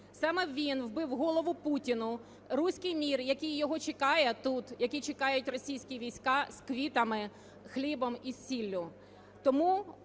Саме він вбив в голову Путіну "руський мир", який його чекає тут, які чекають російські війська з квітами, хлібом і сіллю.